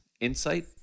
insight